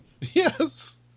Yes